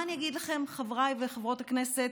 מה אני אגיד לכם, חבריי חברות וחברי הכנסת,